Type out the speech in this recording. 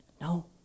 No